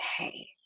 okay